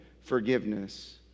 forgiveness